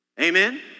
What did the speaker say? Amen